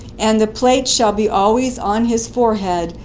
and the plate shall be always on his forehead,